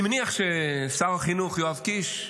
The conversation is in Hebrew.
אני מניח ששר החינוך יואב קיש,